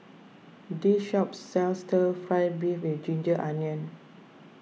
this shop sells Stir Fry Beef with Ginger Onions